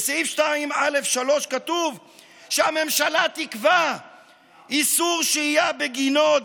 בסעיף 2(א)(3) כתוב שהממשלה תקבע איסור שהייה בגינות,